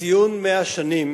ציון 100 שנים